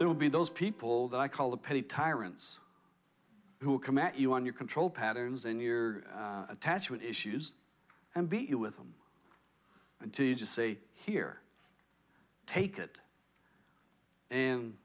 there will be those people that i call the petty tyrants who come at you on your control patterns in your attachment issues and beat you with them until you just say here take it and